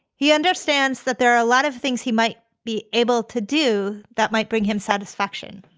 he understands that there are a lot of things he might be able to do that might bring him satisfaction.